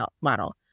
model